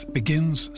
begins